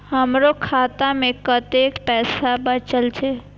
हमरो खाता में कतेक पैसा बचल छे?